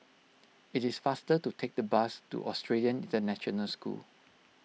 it is faster to take the bus to Australian International School